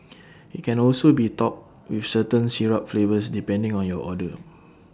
IT can also be topped with certain syrup flavours depending on your order